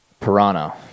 Piranha